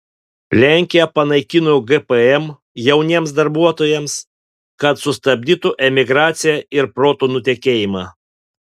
lenkija panaikino gpm jauniems darbuotojams kad sustabdytų emigraciją ir protų nutekėjimą